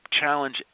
challenge